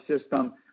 system